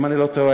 אם אני לא טועה.